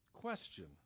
question